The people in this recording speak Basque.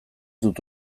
dut